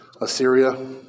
Assyria